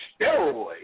steroids